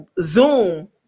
Zoom